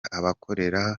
abakorera